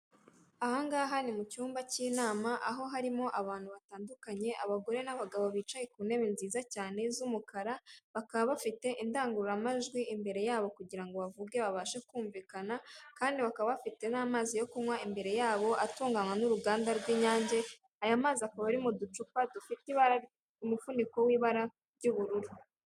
Ahangaha ni mu cyumba cy'inama, aho harimo abantu batandukanye, abagore n'abagabo bicaye ku ntebe nziza cyane z'umukara, bakaba bafite indangururamajwi imbere yabo kugira ngo bavuge babashe kumvikana kandi bakaba bafite n'amazi yo kunywa imbere yabo, atunganywa n'uruganda rw'Inyange, aya mazi akaba ari mu ducupa dufite ibara umufuniko w'ibara ry'ubururu.